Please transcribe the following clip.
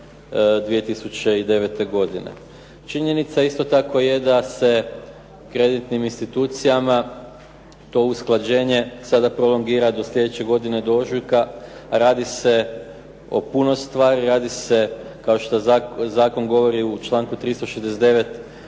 1.7.2009. godine. Činjenica isto tako je da se kreditnim institucijama to usklađenje sada prolongira do sljedeće godine do ožujka. Radi se o puno stvari. Radi se kao što zakon govori u članku 369.